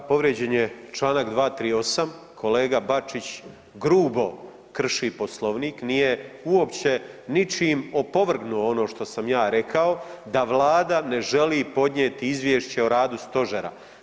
Da, povrijeđen je Članak 238., kolega Bačić grubo krši Poslovnik, nije uopće ničim opovrgnuo ono što sam ja rekao da Vlada ne želi podnijeti izvješće o radu stožera.